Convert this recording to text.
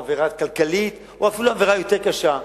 עבירה כלכלית או אפילו עבירה יותר קשה.